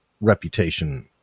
reputation